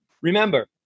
Remember